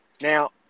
Now